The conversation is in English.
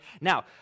Now